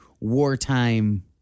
wartime